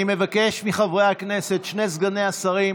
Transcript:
אני מבקש מחברי הכנסת, שני סגני השרים,